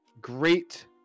Great